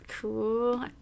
Cool